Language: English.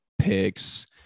picks